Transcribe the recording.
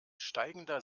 steigender